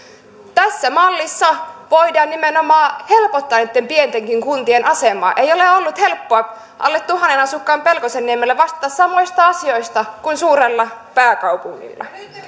tässä mallissa voidaan nimenomaan helpottaa niitten pientenkin kuntien asemaa ei ole ollut helppoa alle tuhannen asukkaan pelkosenniemellä vastata samoista asioista kuin suuressa pääkaupungissa